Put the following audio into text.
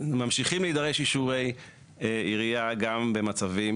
ממשיכים להידרש אישורי עירייה גם במצבים